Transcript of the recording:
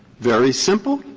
very simple.